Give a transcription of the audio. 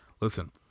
listen